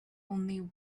only